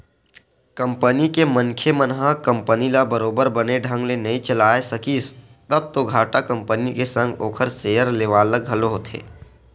company के मनखे मन ह कंपनी ल बरोबर बने ढंग ले नइ चलाय सकिस तब तो घाटा कंपनी के संग ओखर सेयर लेवाल ल घलो होथे